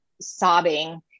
sobbing